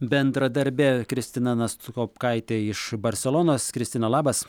bendradarbė kristina nastkopkaitė iš barselonos kristina labas